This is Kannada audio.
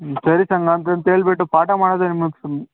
ಹ್ಞೂ ಸರಿ ಸ ಹಂಗಂತಂತ ಹೇಳ್ಬಿಟ್ಟು ಪಾಠ ಮಾಡೋದೇ